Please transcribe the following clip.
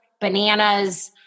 bananas